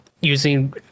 using